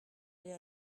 aller